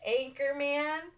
Anchorman